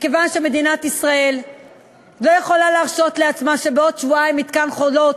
מכיוון שמדינת ישראל לא יכולה להרשות לעצמה שבעוד שבועיים מתקן "חולות"